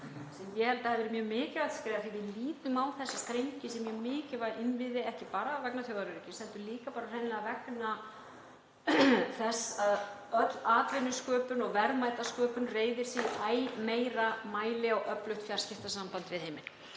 ég held að hafi verið mjög mikilvægt skref. Við lítum á þessa strengi sem mjög mikilvæga innviði, ekki bara vegna þjóðaröryggis heldur líka hreinlega vegna þess að öll atvinnusköpun og verðmætasköpun reiðir sig í æ meira mæli á öflugt fjarskiptasamband við heiminn.